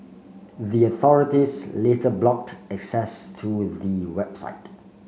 the authorities later blocked access to the website